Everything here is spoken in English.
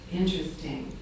interesting